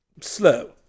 Slow